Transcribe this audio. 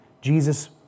Jesus